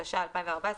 התשע"ה-2014,